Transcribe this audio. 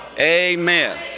Amen